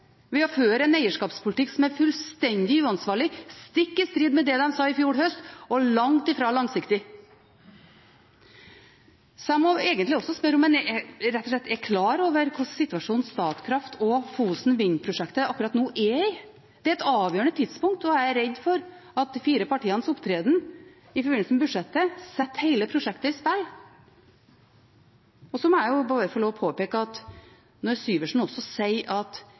ved å føre en eierskapspolitikk som er fullstendig uansvarlig, stikk i strid med det de sa i fjor høst, og langt ifra langsiktig. Jeg må egentlig også spørre om en rett og slett er klar over hva slags situasjon Statkraft og Fosen Vind-prosjektet akkurat nå er i. Det er et avgjørende tidspunkt, og jeg er redd for at de fire partienes opptreden i forbindelse med budsjettet setter hele prosjektet i spill. Jeg må få lov til å spørre: Når Syversen også sier at